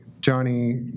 Johnny